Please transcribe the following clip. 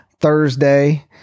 Thursday